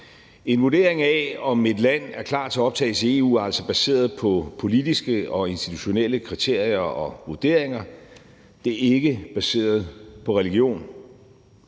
En vurdering af, om et land er klar til optagelse i EU, er altså baseret på politiske og institutionelle kriterier og vurderinger. Det er ikke baseret på religion.